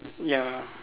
ya